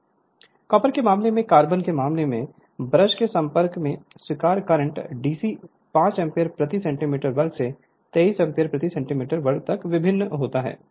Refer Slide Time 2237 copper के मामले में कार्बन के मामले में ब्रश के संपर्क में स्वीकार्य करंट डेंसिटी 5 एम्पीयर प्रति सेंटीमीटर वर्ग से 23 एम्पीयर प्रति सेंटीमीटर वर्ग तक भिन्न होता है